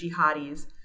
jihadis